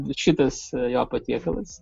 šitas jo patiekalas